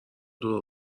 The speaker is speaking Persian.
دور